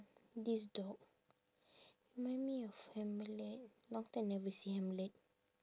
this dog remind me of hamlet long time never see hamlet